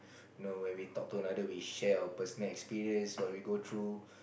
no when we talk to another we share about our personal experience what we go through